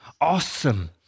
awesome